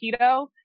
keto